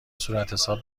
صورتحساب